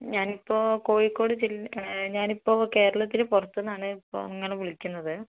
ഞാനിപ്പോൾ കോഴിക്കോട് ജില് ഞാനിപ്പോൾ കേരളത്തിന് പുറത്തുനിന്നാണ് ഇപ്പോൾ ഇങ്ങളെ വിളിക്കുന്നത്